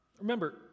Remember